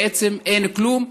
בעצם אין כלום.